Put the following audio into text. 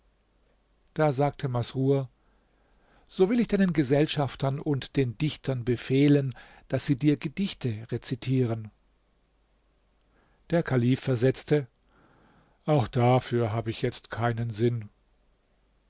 da sagte masrur so will ich deinen gesellschaftern und den dichtern befehlen daß sie dir gedichte rezitieren der kalif versetzte auch dafür habe ich jetzt keinen sinn